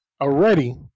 already